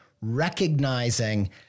recognizing